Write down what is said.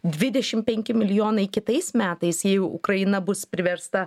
dvidešim penki milijonai kitais metais jei ukraina bus priversta